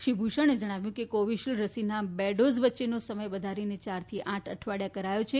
શ્રી ભૂષણે જણાવ્યું કે કોવીશીલ્ડ રસીના બે ડોઝ વચ્ચેનો સમય વધારીને યારથી આઠ અઠવાડિયા કરાયો છે